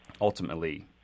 ultimately